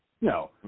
No